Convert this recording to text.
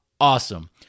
Awesome